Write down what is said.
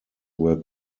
were